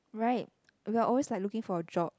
right we are always like looking for a job